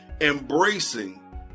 embracing